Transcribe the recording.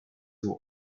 who